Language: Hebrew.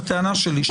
הטענה שלי,